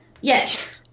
Yes